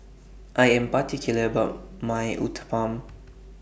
I Am particular about My Uthapam